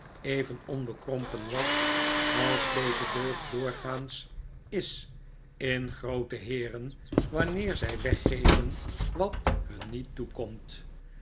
even onbekrompen was als deze deugd doorgaans is in groote heeren wanneer zij weggeven wat hun niet toekomt